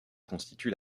constituent